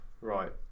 Right